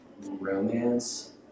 romance